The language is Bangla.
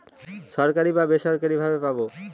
সরকারি বা বেসরকারি ভাবে পাবো